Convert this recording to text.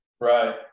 Right